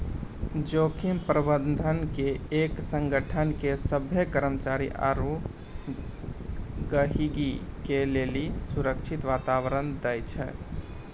जोखिम प्रबंधन एक संगठन के सभ्भे कर्मचारी आरू गहीगी के लेली सुरक्षित वातावरण दै छै